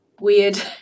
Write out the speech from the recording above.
weird